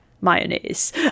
Mayonnaise